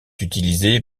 utilisé